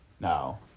No